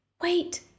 Wait